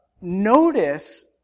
Notice